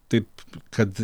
taip kad